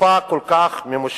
תקופה כל כך ממושכת.